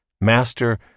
master